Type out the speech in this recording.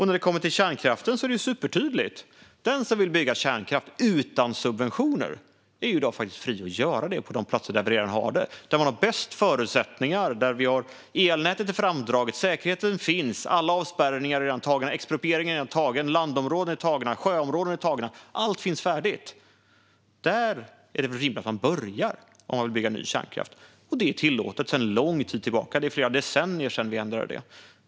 När det kommer till kärnkraften är det supertydligt: Den som vill bygga kärnkraft utan subventioner är i dag fri att göra det på de platser där vi redan har det och där man har bäst förutsättningar - elnätet är framdraget, säkerheten finns, alla avspärrningar och exproprieringar är tagna, landområdena är tagna, sjöområdena är tagna, allt finns färdigt. Där är det rimligt att man börjar om man vill bygga ny kärnkraft, och det är tillåtet sedan lång tid tillbaka. Det är flera decennier sedan vi ändrade det.